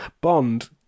Bond